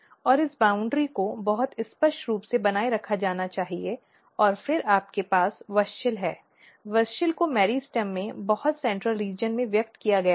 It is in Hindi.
और इस बाउन्ड्री को बहुत स्पष्ट रूप से बनाए रखा जाना चाहिए और फिर आपके पास WUSCHEL है WUSCHEL को मेरिस्टेम के बहुत केंद्र क्षेत्र में व्यक्त किया गया है